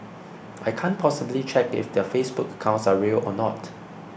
I can't possibly check if their Facebook accounts are real or not